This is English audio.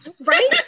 Right